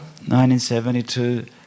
1972